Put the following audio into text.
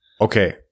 Okay